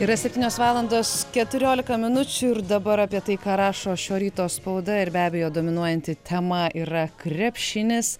yra septynios valandos keturiolika minučių ir dabar apie tai ką rašo šio ryto spauda ir be abejo dominuojanti tema yra krepšinis